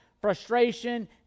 frustration